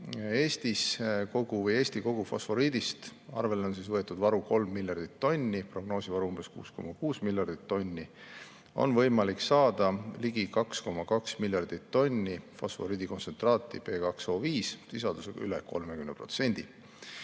Eestis. Eesti fosforiidi arvele võetud varu on 3 miljardit tonni, prognoosivaru on umbes 6,6 miljardit tonni, on võimalik saada ligi 2,2 miljardit tonni fosforiidikontsentraati P2O5sisaldusega üle 30%.